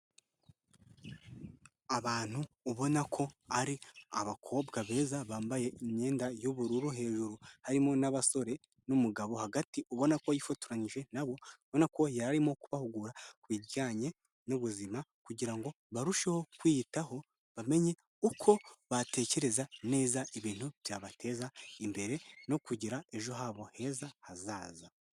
Abantu ubona ko ari abakobwa beza bambaye imyenda y'ubururu hejuru, harimo n'abasore n'umugabo hagati, ubona ko yifotoranyije na bo, ubona ko yari arimo kubahugura ku bijyanye n'ubuzima kugira ngo barusheho kwiyitaho bamenye uko batekereza neza ibintu byabateza imbere no kugira ejo habo heza hazaza.